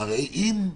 הרי אם,